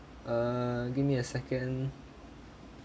uh give me a second